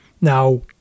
Now